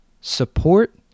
support